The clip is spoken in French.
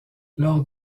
lors